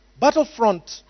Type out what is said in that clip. battlefront